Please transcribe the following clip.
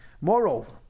Moreover